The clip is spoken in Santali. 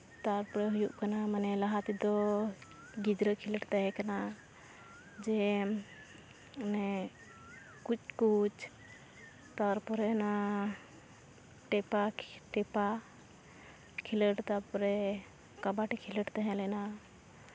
ᱛᱟᱨᱯᱚᱨᱮ ᱦᱩᱭᱩᱜ ᱠᱟᱱᱟ ᱞᱟᱦᱟ ᱛᱮᱫᱚ ᱜᱤᱫᱽᱨᱟᱹ ᱠᱷᱮᱞᱚᱰ ᱛᱟᱦᱮᱸ ᱠᱟᱱᱟ ᱡᱮ ᱢᱟᱱᱮ ᱠᱩᱪᱼᱠᱩᱪ ᱛᱟᱨᱯᱚᱨᱮ ᱢᱮᱱᱟᱜᱼᱟ ᱴᱮᱯᱟᱼᱴᱮᱯᱟ ᱠᱷᱮᱞᱳᱰ ᱛᱟᱨᱯᱚᱨᱮ ᱠᱟᱵᱟᱰᱤ ᱠᱷᱮᱞᱳᱰ ᱛᱟᱦᱮᱸ ᱞᱮᱱᱟ